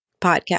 podcast